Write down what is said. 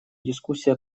дискуссия